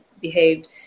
behaved